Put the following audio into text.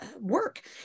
work